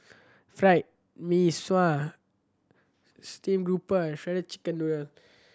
Fried Mee Sua steam grouper and shredded chicken noodle